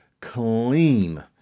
clean